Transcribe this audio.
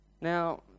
Now